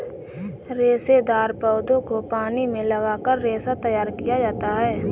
रेशेदार पौधों को पानी में गलाकर रेशा तैयार किया जाता है